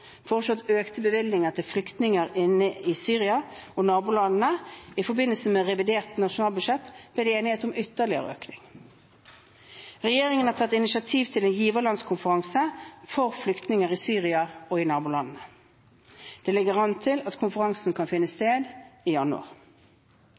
foreslått økte bevilgninger til flyktninger inne i Syria og nabolandene. I forbindelse med revidert nasjonalbudsjett ble det enighet om ytterligere økning. Regjeringen har tatt initiativ til en giverlandskonferanse for flyktninger i Syria og i nabolandene. Det ligger an til at konferansen kan finne sted i januar.